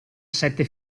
sette